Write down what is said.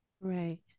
Right